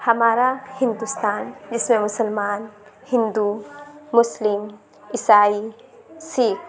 ہمارا ہندوستان جس میں مسلمان ہندو مسلم عیسائی سکھ